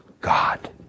God